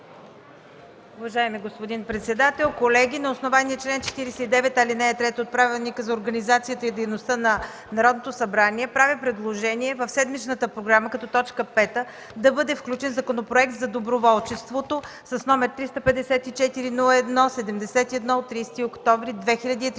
Уважаеми господин председател, колеги! На основание на чл. 49, ал. 3 от Правилника за организацията и дейността на Народното събрание правя предложение в седмичната програма като точка 5 да бъде включен Законопроект за доброволчеството, № 354-01-71 от 30 октомври 2011